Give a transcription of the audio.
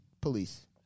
police